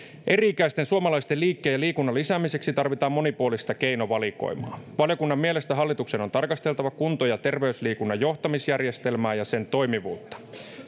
eri ikäisten suomalaisten liikkeen ja liikunnan lisäämiseksi tarvitaan monipuolista keinovalikoimaa valiokunnan mielestä hallituksen on tarkasteltava kunto ja terveysliikunnan johtamisjärjestelmää ja sen toimivuutta